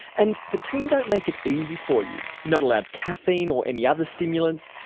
and the team don't make it easy for you. you're not allowed caffeine or any other stimulants,